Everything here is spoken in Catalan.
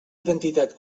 identitat